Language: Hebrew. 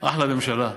אחלה ממשלה.